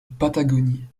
patagonie